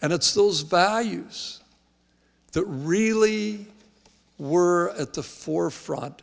and it's those values that really were at the forefront